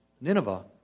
Nineveh